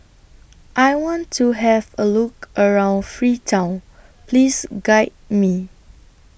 I want to Have A Look around Freetown Please Guide Me